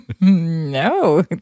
No